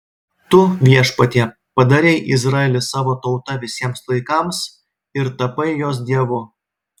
tu viešpatie padarei izraelį savo tauta visiems laikams ir tapai jos dievu